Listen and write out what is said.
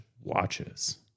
watches